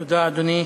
תודה, אדוני.